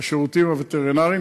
השירותים הווטרינריים,